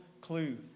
clue